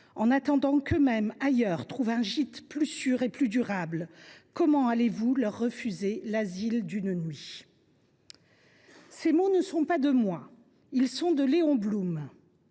en attendant qu’eux mêmes ailleurs trouvent un gîte plus sûr et plus durable, comment allez vous leur refuser l’asile d’une nuit ?» Ces mots ne sont pas de moi. Ils ont été prononcés